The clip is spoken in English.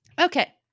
Okay